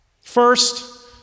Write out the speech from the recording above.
First